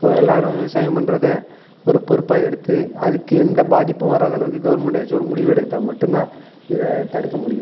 so எல்லாரும் விவசாயம் பண்றதை ஒரு பொறுப்பாக எடுத்து அதுக்கு எந்த பாதிப்பும் வராத அளவுக்கு கவர்மெண்ட் எதாச்சும் ஒரு முடிவு எடுத்தால் மட்டும் தான் இதை தடுக்க முடியும்